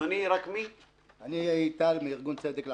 אני מארגון "צדק לחייב".